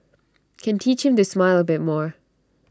can teach him to smile A bit more